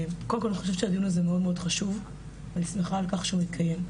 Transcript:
ואני שמחה על כך שהוא מתקיים.